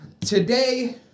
Today